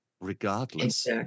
regardless